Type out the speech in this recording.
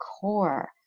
core